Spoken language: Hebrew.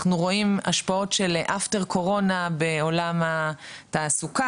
אנחנו רואים השפעות של אפטר קורונה בעולם תעסוקה,